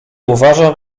uważam